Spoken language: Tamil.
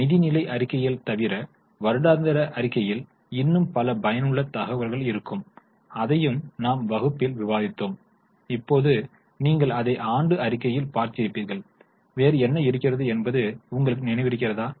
நிதிநிலை அறிக்கைகள் தவிர வருடாந்திர அறிக்கையில் இன்னும் பல பயனுள்ள தகவல்கள் இருக்கும் அதையும் நாம் வகுப்பில் விவாதித்தோம் இப்போது நீங்கள் அதை ஆண்டு அறிக்கையில் பார்த்திருப்பீர்கள் வேறு என்ன இருக்கிறது என்பது உங்களுக்கு நினைவிருக்கிறதா